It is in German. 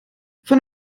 von